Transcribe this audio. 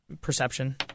Perception